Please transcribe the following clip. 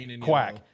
Quack